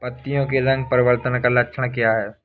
पत्तियों के रंग परिवर्तन का लक्षण क्या है?